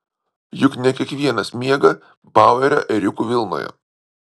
juk ne kiekvienas miega bauerio ėriukų vilnoje